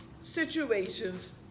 situations